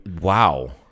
Wow